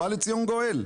ובא לציון גואל.